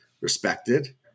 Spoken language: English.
respected